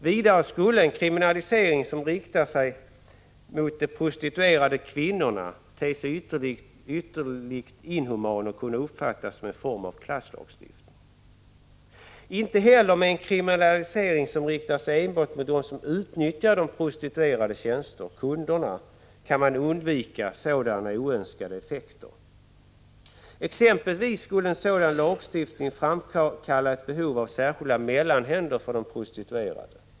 Vidare skulle en kriminalisering som riktar sig mot de prostituerade kvinnorna te sig ytterligt inhuman och kunna uppfattas som en form av klasslagstiftning. Inte heller med en kriminalisering som riktar sig enbart mot dem som utnyttjar de prostituerades tjänster, dvs. kunderna, kan man undvika sådana oönskade effekter. Exempelvis skulle en sådan lagstiftning framkalla ett behov av särskilda mellanhänder för de prostituerade.